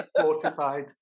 fortified